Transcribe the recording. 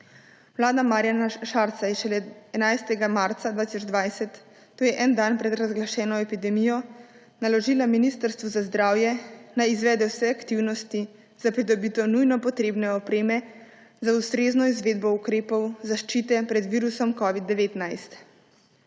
Vlada Marjana Šarca je šele 11. marca 2020, to je en dan pred razglašeno epidemijo, naložila Ministrstvu za zdravje, naj izvede vse aktivnosti za pridobitev nujno potrebne opreme za ustrezno izvedbo ukrepov zaščite pred virusom covid-19.